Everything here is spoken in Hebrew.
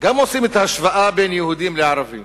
עושים את ההשוואה בין יהודים לערבים